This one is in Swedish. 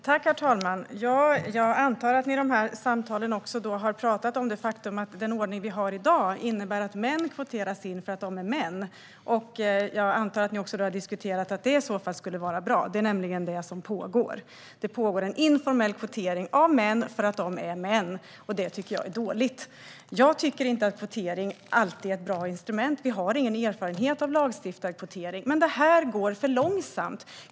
Herr talman! Jag antar att ni i de här samtalen också har pratat om det faktum att den ordning vi har i dag innebär att män kvoteras in för att de är män. Jag antar att ni också har diskuterat att det i så fall skulle vara bra. Det är nämligen det som pågår. Det pågår en informell kvotering av män för att de är män, och det tycker jag är dåligt. Jag tycker inte att kvotering alltid är ett bra instrument. Vi har ingen erfarenhet av lagstiftad kvotering, men det här går för långsamt.